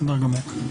בסדר גמור.